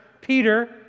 Peter